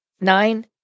nine